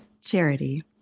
Charity